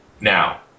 Now